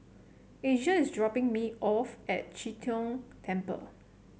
Asia is dropping me off at Chee Tong Temple